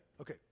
Okay